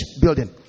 building